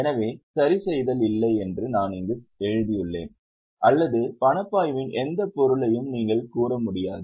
எனவே சரிசெய்தல் இல்லை என்று நான் இங்கு எழுதியுள்ளேன் அல்லது பணப்பாய்வின் எந்த பொருளையும் நீங்கள் கூற முடியாது